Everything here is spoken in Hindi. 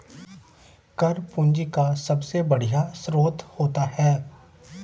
कर पूंजी का सबसे बढ़िया स्रोत होता है